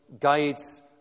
guides